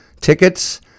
tickets